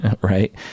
right